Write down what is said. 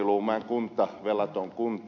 luumäen kunta velaton kunta